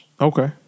Okay